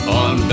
on